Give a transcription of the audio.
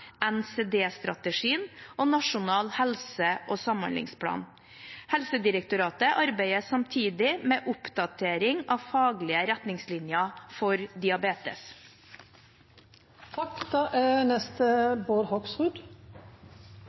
og Nasjonal helse- og samhandlingsplan. Helsedirektoratet arbeider samtidig med oppdatering av faglige retningslinjer for